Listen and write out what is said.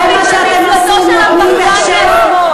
רצח רבין זה מפלטו של הפחדן מהשמאל.